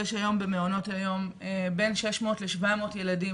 יש היום במעונות היום בין 600 ל-700 ילדים